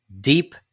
deep